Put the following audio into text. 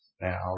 now